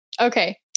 Okay